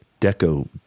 deco